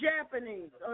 Japanese